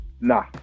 Nah